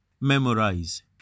Memorize